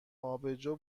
آبجو